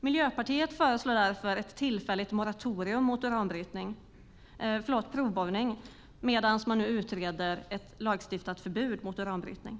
Miljöpartiet föreslår därför ett tillfälligt moratorium för provborrning medan man nu utreder ett lagstiftat förbud mot uranbrytning.